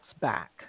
back